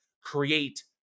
create